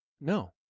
no